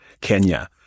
Kenya